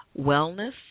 Wellness